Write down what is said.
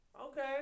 okay